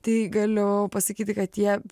tai galiu pasakyti kad jie